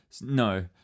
No